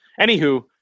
Anywho